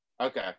Okay